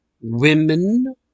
women